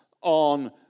on